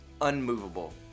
unmovable